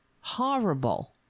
Horrible